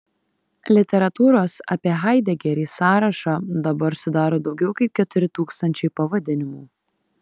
literatūros apie haidegerį sąrašą dabar sudaro daugiau kaip keturi tūkstančiai pavadinimų